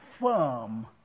firm